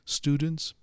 students